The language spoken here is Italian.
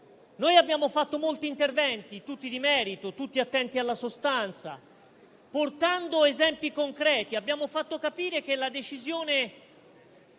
Noi abbiamo fatto molti interventi, tutti di merito, tutti attenti alla sostanza, portando esempi concreti. Abbiamo fatto capire che la decisione